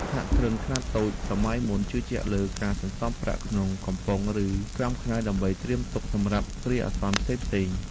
សហគ្រិនខ្នាតតូចសម័យមុនជឿជាក់លើការសន្សំប្រាក់ក្នុងកំប៉ុង ឬក្រោមខ្នើយដើម្បីត្រៀមទុកសម្រាប់គ្រាអាសន្នផ្សេងៗ។